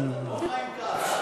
זה לא חיים כץ,